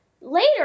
later